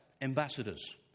ambassadors